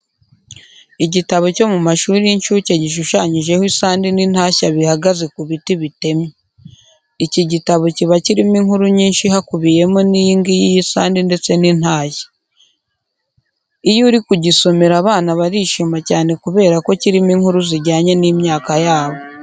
Igitabo cyo mu mashuri y'inshuke gishushanyijeho isandi n'intashya bihagaze ku biti bitemye. Iki gitabo kiba kirimo inkuru nyinshi hakubiyemo n'iyi ngiyi y'isandi ndetse n'intashya. Iyo uri kugisomera abana barishima cyane kubera ko kirimo inkuru zijyanye n'imyaka yabo.